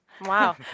wow